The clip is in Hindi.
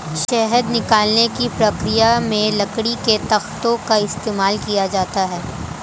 शहद निकालने की प्रक्रिया में लकड़ी के तख्तों का इस्तेमाल किया जाता है